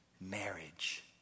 marriage